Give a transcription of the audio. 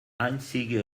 einzige